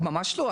ממש לא.